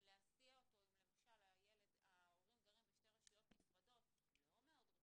להסיע אותו אם למשל ההורים גרים בשתי רשויות נפרדות לא מאוד רחוקות.